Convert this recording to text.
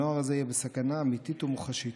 הנוער הזה יהיה בסכנה אמיתית ומוחשית.